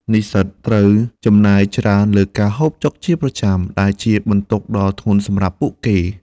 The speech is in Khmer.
និស្សិតត្រូវចំណាយច្រើនលើការហូបចុកជាប្រចាំ ដែលជាបន្ទុកដ៏ធ្ងន់សម្រាប់ពួកគេ។